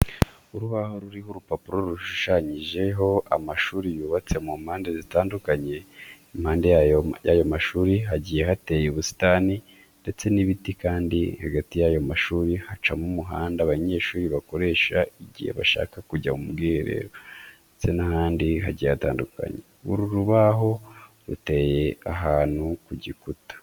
Urubaho ruriho urupapuro rushushanyijeho amashuri yubatse mu mpande zitandukanye, impande y'ayo mashuri hagiye hateye ubusitani ndetse n'ibiti kandi hagati y'ayo mashuri hacamo umuhanda abanyeshuri bakoresha igihe bashaka kujya mu bwiherero ndetse n'ahandi hagiye hatandukanye. Uru rubaho ruteye ahantu ku gikuta.